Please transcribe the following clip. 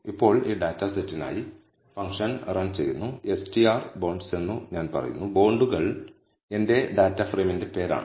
ഇപ്പോൾ ഈ ഡാറ്റാസെറ്റിനായി ഫംഗ്ഷൻ റൺ ചെയ്യുന്നു str എന്നു ഞാൻ പറയുന്നു ബോണ്ടുകൾ എന്റെ ഡാറ്റ ഫ്രെയിമിന്റെ പേരാണ്